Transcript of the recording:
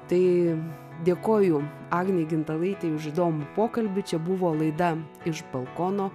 tai dėkoju agnei gintalaitei už įdomų pokalbį čia buvo laida iš balkono